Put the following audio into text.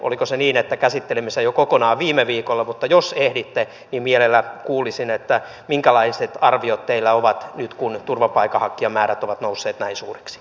oliko se niin että käsittelimme sen jo kokonaan viime viikolla mutta jos ehditte niin mielellään kuulisin minkälaiset arviot teillä on nyt kun turvapaikanhakijamäärät ovat nousseet näin suuriksi